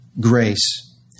grace